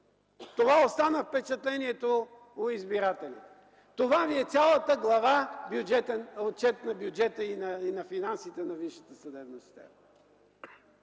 Това остана впечатлението в избирателите. Това ви е цялата глава Отчет на бюджета и финансите на